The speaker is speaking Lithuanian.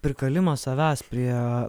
prikalimas savęs prie